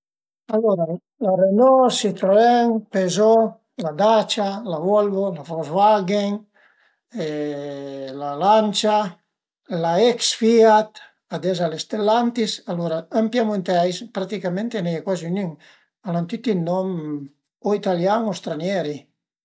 Alura Renault, Citroen, Peugeot, la Dacia, la Volvo, la Volkswagen, la Lancia, la ex FIAT, ades al e Stellantis, alura ën piemunteis praticament a n'a ie cuazi nün, al a tüti dë nom o italian o stranieri